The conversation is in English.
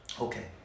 Okay